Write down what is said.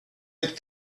had